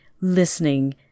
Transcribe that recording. listening